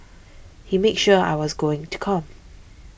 he made sure I was going to come